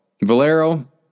Valero